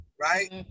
right